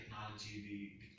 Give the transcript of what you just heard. technology